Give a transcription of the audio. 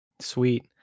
Sweet